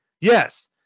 yes